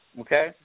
Okay